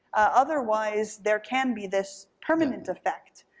otherwise there can be this permanent effect,